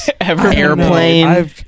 Airplane